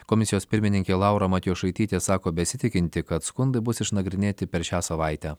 komisijos pirmininkė laura matjošaitytė sako besitikinti kad skundai bus išnagrinėti per šią savaitę